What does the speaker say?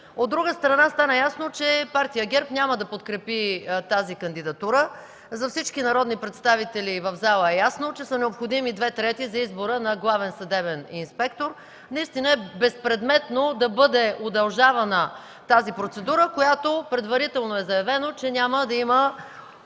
От друга страна, стана ясно, че партия ГЕРБ няма да подкрепи тази кандидатура. За всички народни представители в залата е ясно, че са необходими две трети за избора на главен съдебен инспектор. Наистина е безпредметно да бъде удължавана тази процедура, за която предварително е заявено, че няма да има